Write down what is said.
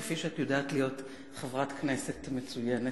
כפי שאת יודעת להיות חברת כנסת מצוינת.